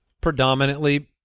predominantly